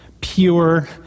pure